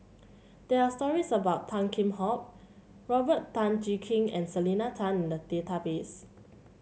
there are stories about Tan Kheam Hock Robert Tan Jee Keng and Selena Tan in the database